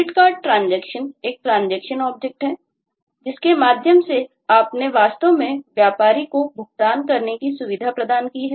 CreditCardTransaction एक transaction object है जिसके माध्यम से आपने वास्तव में व्यापारी को भुगतान करने की सुविधा प्रदान की है